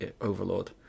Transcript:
Overlord